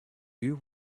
you